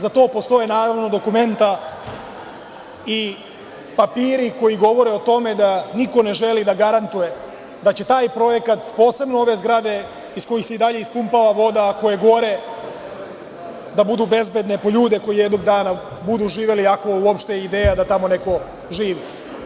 Za to postoje, naravno, dokumenta i papiri koji govore o tome da niko ne želi da garantuje da će taj projekat, posebno ove zgrade, iz kojih se i dalje ispumpava voda, a koje gore, da budu bezbedne po ljude koji jednog dana budu živeli, ako je uopšte ideja da tamo neko živi.